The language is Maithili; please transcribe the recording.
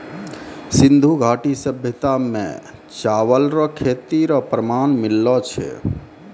सिन्धु घाटी सभ्यता मे चावल रो खेती रो प्रमाण मिललो छै